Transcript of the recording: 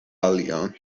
alian